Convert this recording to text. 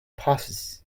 passes